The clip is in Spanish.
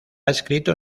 escrito